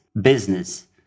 business